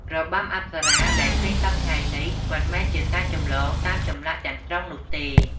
របាំអប្សរាដែលយើងឃើញសព្វថ្ងៃនេះ មិនមែនជាការចម្លងតាមចម្លាក់ទាំងស្រុងនោះទេ។